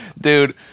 Dude